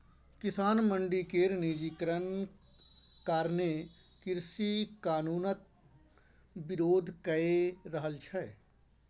किसान मंडी केर निजीकरण कारणें कृषि कानुनक बिरोध कए रहल छै